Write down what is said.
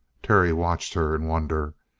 terry watched her in wonder.